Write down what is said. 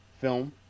film